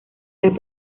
las